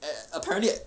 err apparantly